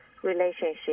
Relationship